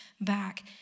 back